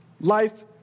Life